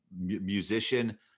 musician